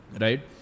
right